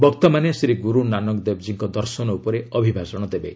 ବକ୍ତାମାନେ ଶ୍ରୀ ଗୁରୁ ନାନକଦେବଜୀଙ୍କ ଦର୍ଶନ ଉପରେ ଅଭିଭାଷଣ ଦେବେ